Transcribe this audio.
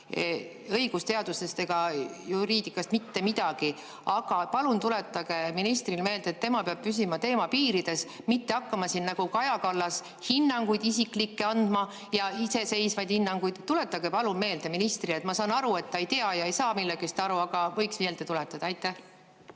õigusteadusest ega juriidikast mitte midagi, aga palun tuletage ministrile meelde, et tema peab püsima teema piirides, mitte hakkama nagu Kaja Kallas andma isiklikke ja iseseisvaid hinnanguid. Tuletage palun meelde ministrile. Ma saan aru, et ta ei tea ja ei saa millestki aru, aga võiks meelde tuletada. Ma